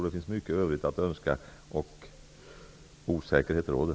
Det finns mycket övrigt att önska, och osäkerhet råder.